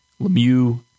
Lemieux